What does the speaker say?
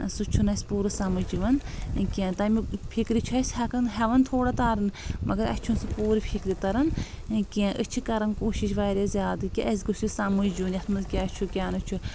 سُہ چھُنہٕ اسہِ پوٗرٕ سمٕجھ یِوان کینٛہہ تمیُک فکرِ چھُ اسہِ ہٮ۪کان ہٮ۪وان تھوڑا تارُن مگر اسہِ چھُنہٕ سُہ پوٗرٕ فکرِ تران کینٛہہ أسۍ چھِ کران کوٗشش واریاہ زیادٕ کہِ اسہِ گوٚژھ یہِ سمٕجھ یُن یتھ منٛز کیٛاہ چھُ کیٛاہ نہٕ چھُ